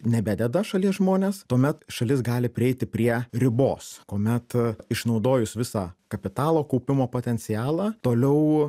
nebededa šalies žmonės tuomet šalis gali prieiti prie ribos kuomet išnaudojus visą kapitalo kaupimo potencialą toliau